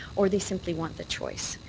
or they simply want the choice.